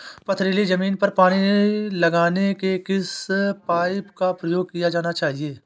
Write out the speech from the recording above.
पथरीली ज़मीन पर पानी लगाने के किस पाइप का प्रयोग किया जाना चाहिए?